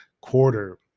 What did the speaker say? quarter